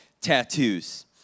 tattoos